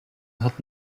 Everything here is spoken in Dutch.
had